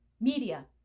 media